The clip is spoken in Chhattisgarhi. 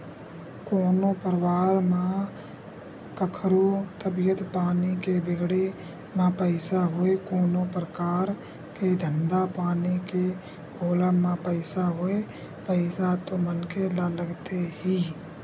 कोनो परवार म कखरो तबीयत पानी के बिगड़े म पइसा होय कोनो परकार के धंधा पानी के खोलब म पइसा होय पइसा तो मनखे ल लगथे ही